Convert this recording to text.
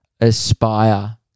aspire